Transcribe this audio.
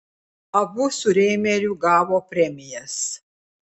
abu su reimeriu gavo premijas